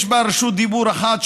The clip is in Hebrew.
יש בה רשות דיבור אחת,